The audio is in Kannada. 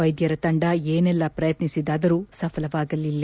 ವೈದ್ಯರ ತಂಡ ಏನೆಲ್ಲ ಪ್ರಯತ್ನಿಸಿದಾದರೂ ಸಫಲವಾಗಲಿಲ್ಲ